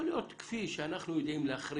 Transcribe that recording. יכול להיות, כפי שהות"ת יודע להחריג